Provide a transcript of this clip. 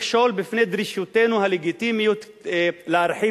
מכשול בפני דרישותינו הלגיטימיות להרחיב